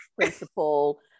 principle